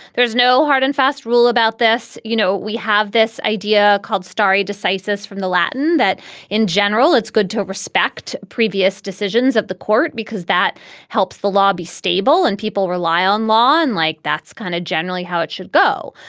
there is no hard and fast rule about this. you know we have this idea called starry decisis from the latin. that in general it's good to respect previous decisions of the court because that helps the law be stable and people rely on law and like that's kind of generally how it should go.